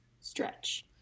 stretch